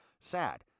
sad